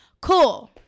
Cool